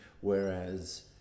Whereas